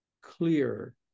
clear